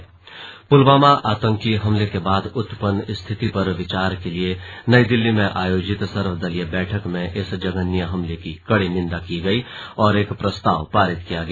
slug सर्वदलीय बैठक पुलवामा आतंकी हमले के बाद उत्पन्न स्थिति पर विचार के लिए नई दिल्ली में आयोजित सर्वदलीय बैठक में इस जघन्य हमले की कड़ी निन्दा की गई और एक प्रस्ताव पारित किया गया